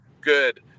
Good